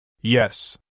Yes